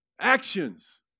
actions